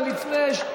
ולפני,